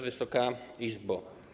Wysoka Izbo!